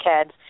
kids